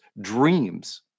dreams